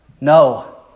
No